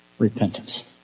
Repentance